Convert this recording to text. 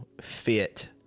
fit